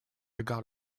forgot